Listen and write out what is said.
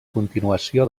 continuació